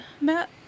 Matt